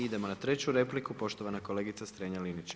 Idemo na treću repliku, poštovana kolegica Strenja-Linić.